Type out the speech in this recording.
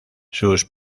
sus